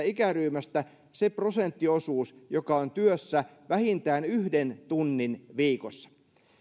ikäryhmästä se prosenttiosuus joka on työssä vähintään yhden tunnin viikossa